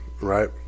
right